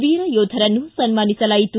ವೀರ ಯೋಧರನ್ನು ಸನ್ಮಾನಿಸಲಾಯಿತು